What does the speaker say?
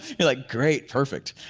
you're like great perfect,